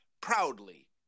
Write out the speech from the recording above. proudly